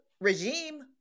regime